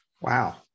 Wow